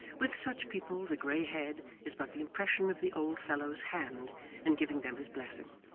with such people the grey head is but the impression of the old fellow's hand in giving them his blessing,